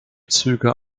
züge